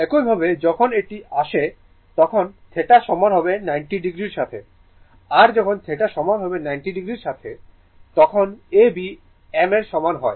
একইভাবে যখন এটি আসে তখন θ সমান হবে 90o এর সাথে আর যখন θ সমান হবে 90o এর সাথে তখন A B m এর সমান হয়